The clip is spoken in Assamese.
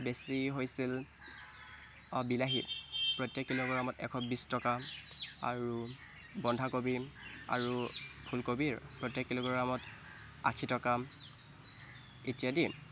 বেছি হৈছিল বিলাহীত প্ৰত্যেক কিলোগ্ৰামত এশ বিছ টকা আৰু বন্ধাকবি আৰু ফুলকবিৰ প্ৰত্যেক কিলোগ্ৰামত আশী টকা ইত্যাদি